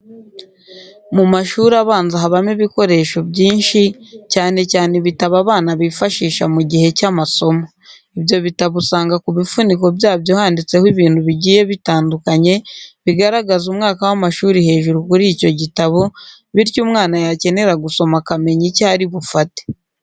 Mu mashuri abanza habamo ibikoresho byinshi, cyane cyane ibitabo abana bifashisha mu gihe cy'amasomo. Ibyo bitabo usanga ku bifuniko byabyo handitseho ibintu bigiye bitandukanye bigaragaza umwaka w'amashuri hejuru kuri icyo gitabo, bityo umwana yakenera gusoma akamenya icyo ari bufate.